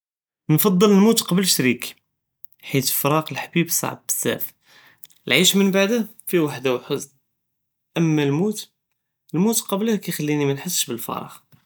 נקטר נמוט קבל שריקי, חית פיראק לחביב סעב בזאף, לאעיש מן בדאה פיה ואחדה ו חזן אמה אלמוט קבלו קיחליניי מנחסש ב אלפראג.